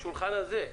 בשולחן הזה.